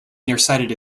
nearsighted